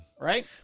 Right